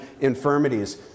infirmities